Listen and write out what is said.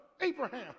Abraham